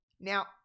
Now